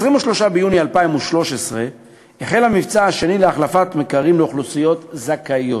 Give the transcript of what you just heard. ב-23 ביוני 2013 החל המבצע השני להחלפת מקררים לאוכלוסיות זכאיות.